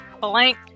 blank